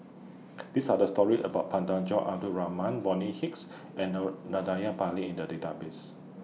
These Are The stories about Abdul Rahman Bonny Hicks and Or Pillai in The Database